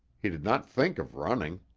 he did not think of running.